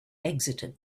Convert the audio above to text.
exited